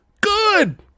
Good